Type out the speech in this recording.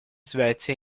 svezia